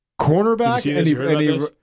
Cornerback